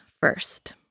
first